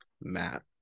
matt